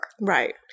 Right